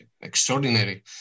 extraordinary